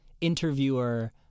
interviewer